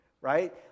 right